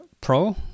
Pro